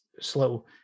slow